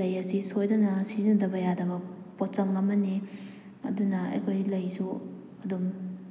ꯂꯩ ꯑꯁꯤ ꯁꯣꯏꯗꯅ ꯁꯤꯖꯤꯟꯅꯗꯕ ꯌꯥꯗꯕ ꯄꯣꯠꯆꯪ ꯑꯃꯅꯤ ꯑꯗꯨꯅ ꯑꯩꯈꯣꯏ ꯂꯩꯁꯨ ꯑꯗꯨꯝ